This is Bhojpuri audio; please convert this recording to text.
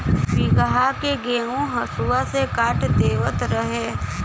बीघहा के गेंहू हसुआ से काट देवत रहे